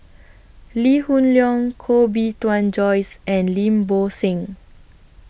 Lee Hoon Leong Koh Bee Tuan Joyce and Lim Bo Seng